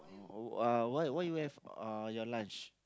uh what what you have uh your lunch